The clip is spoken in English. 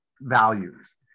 values